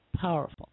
powerful